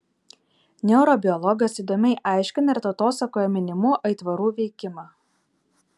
neurobiologas įdomiai aiškina ir tautosakoje minimų aitvarų veikimą